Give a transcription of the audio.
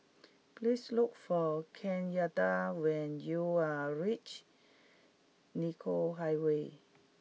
please look for Kenyatta when you reach Nicoll Highway